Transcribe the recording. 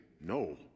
no